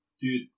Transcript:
Dude